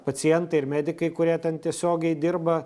pacientai ir medikai kurie ten tiesiogiai dirba